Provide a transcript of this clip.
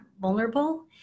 vulnerable